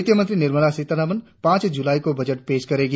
वित्तमंत्री निर्मला सीतारमन पांच जुलाई को बजट पेश करेंगी